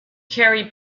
carry